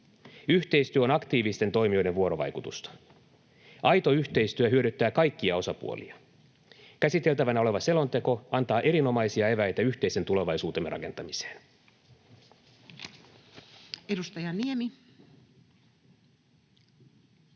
Yhteistyö on aktiivisten toimijoiden vuorovaikutusta. Aito yhteistyö hyödyttää kaikkia osapuolia. Käsiteltävänä oleva selonteko antaa erinomaisia eväitä yhteisen tulevaisuutemme rakentamiseen. [Speech